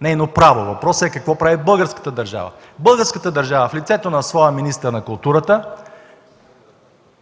нейно право. Въпросът е: какво прави българската държава? Българската държава, в лицето на своя министър на културата,